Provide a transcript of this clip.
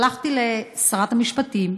שלחתי לשרת המשפטים,